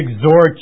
exhort